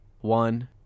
one